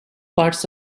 parts